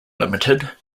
limited